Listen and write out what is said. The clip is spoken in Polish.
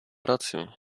rację